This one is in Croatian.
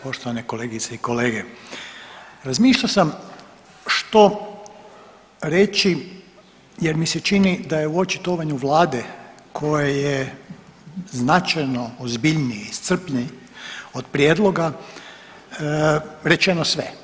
Poštovane kolegice i kolege, razmišljao sam što reći jer mi se čini da je u očitovanju vlade koje je značajno ozbiljnije, iscrpnije od prijedloga rečeno sve.